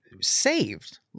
saved